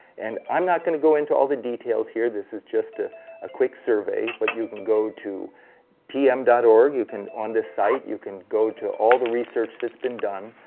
and i'm not gonna go into all the details here, this is just a ah quick survey, but you can go to tm org, you can, on this site, you can go to all the research that's been done.